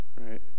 right